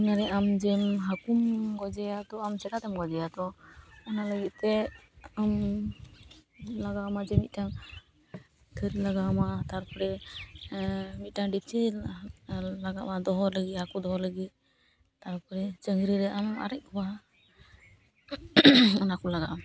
ᱧᱮᱞ ᱮᱫᱟᱢ ᱡᱮᱢ ᱦᱟᱹᱠᱩᱢ ᱜᱚᱡᱮᱭᱟ ᱛᱚ ᱟᱢ ᱪᱤᱠᱟᱹᱛᱮᱢ ᱜᱚᱡᱮᱭᱟ ᱛᱚ ᱚᱱᱟ ᱞᱟᱹᱜᱤᱫ ᱛᱮ ᱟᱢ ᱞᱟᱜᱟᱣ ᱟᱢᱟ ᱡᱮ ᱢᱤᱫᱴᱟᱝ ᱛᱷᱟᱹᱨᱤ ᱞᱟᱜᱟᱣ ᱟᱢᱟ ᱛᱟᱨᱯᱚᱨᱮ ᱢᱤᱫᱴᱟᱝ ᱰᱮᱠᱪᱤ ᱞᱟᱜᱟᱜᱼᱟ ᱫᱚᱦᱚ ᱞᱟᱹᱜᱤᱫ ᱦᱟᱹᱠᱩ ᱫᱚᱦᱚ ᱞᱟᱹᱜᱤᱫ ᱛᱟᱨᱯᱚᱨᱮ ᱪᱟᱸᱜᱽᱨᱤ ᱨᱮ ᱟᱢ ᱟᱨᱮᱡ ᱠᱚᱣᱟ ᱚᱱᱟ ᱠᱚ ᱞᱟᱜᱟᱜᱼᱟ